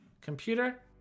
computer